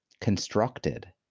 constructed